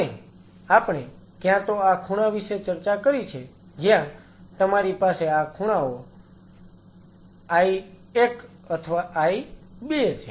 અને આપણે ક્યાં તો આ ખૂણા વિશે ચર્ચા કરી છે જ્યાં તમારી પાસે આ ખૂણાઓ I1 અથવા I2 છે